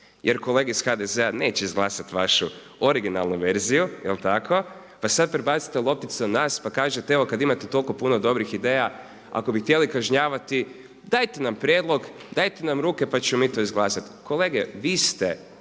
jer kolege iz HDZ-a neće izglasati vašu originalnu verziju, jel' tako, pa sad prebacujete lopticu na nas pa kažete evo kad imate toliko puno dobrih ideja ako bi htjeli kažnjavati dajte nam prijedlog, dajte nam ruke pa ćemo mi to izglasati. Kolege vi ste